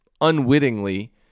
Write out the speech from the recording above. unwittingly